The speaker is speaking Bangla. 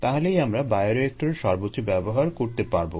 তাহলেই আমরা বায়োরিয়েক্টরের সর্বোচ্চ ব্যবহার করতে পারবো